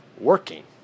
working